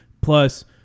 Plus